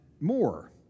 more